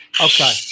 okay